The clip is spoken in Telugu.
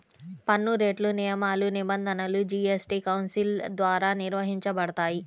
పన్నురేట్లు, నియమాలు, నిబంధనలు జీఎస్టీ కౌన్సిల్ ద్వారా నిర్వహించబడతాయి